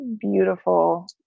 beautiful